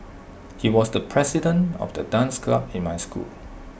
he was the president of the dance club in my school